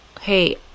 hey